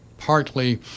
partly